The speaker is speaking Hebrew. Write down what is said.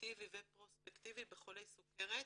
רטרוספקטיבי ופרוספקטיבי בחולי סוכרת,